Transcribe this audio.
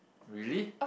really